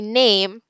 name